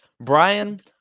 Brian